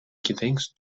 gedenkst